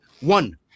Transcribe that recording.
one